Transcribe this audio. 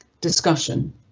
discussion